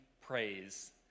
praise